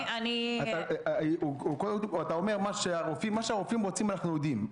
מה הרופאים רוצים, אנחנו יודעים.